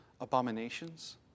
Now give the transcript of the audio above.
abominations